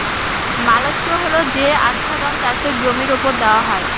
mulch হল যে আচ্ছাদন চাষের জমির ওপর দেওয়া হয়